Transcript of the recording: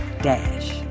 DASH